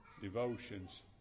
devotions